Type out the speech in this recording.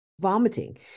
Vomiting